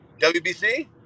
WBC